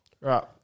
Right